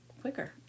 quicker